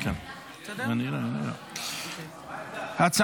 אושרה בקריאה טרומית,